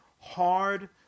hard